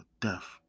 death